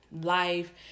life